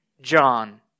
John